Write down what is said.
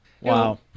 Wow